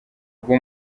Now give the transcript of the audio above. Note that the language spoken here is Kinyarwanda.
bwo